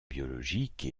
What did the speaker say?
biologique